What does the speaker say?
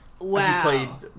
Wow